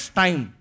time